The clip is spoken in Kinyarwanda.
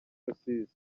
rusizi